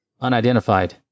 unidentified